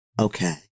Okay